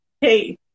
hey –